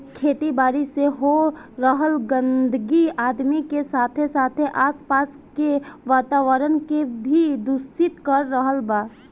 खेती बारी से हो रहल गंदगी आदमी के साथे साथे आस पास के वातावरण के भी दूषित कर रहल बा